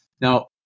Now